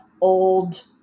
old